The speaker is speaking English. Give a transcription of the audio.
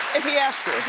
if he asks